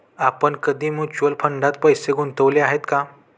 आपण कधी म्युच्युअल फंडात पैसे गुंतवले आहेत का?